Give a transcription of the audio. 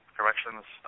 Corrections